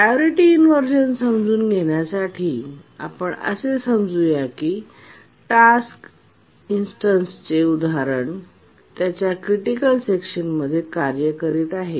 priority inversion समजून घेण्यासाठी आपण असे समजू या की टास्क इन्स्टन्सचे उदाहरण त्याच्या क्रिटिकल सेक्शनमध्ये कार्य करीत आहे